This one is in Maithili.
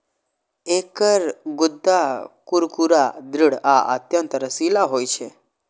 एकर गूद्दा कुरकुरा, दृढ़ आ अत्यंत रसीला होइ छै